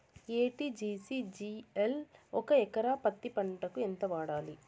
ఎ.టి.జి.సి జిల్ ఒక ఎకరా పత్తి పంటకు ఎంత వాడాలి?